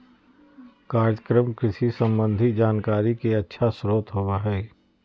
कार्यक्रम कृषि संबंधी जानकारी के अच्छा स्रोत होबय हइ